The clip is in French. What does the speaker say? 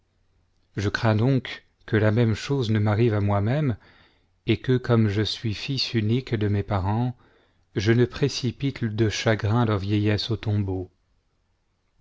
je crains donc que la même chose ne m'arrive à moi-même et que comme je suis fils unique de mes parents je ne précipite de chagrin leur vieillesse au tombeau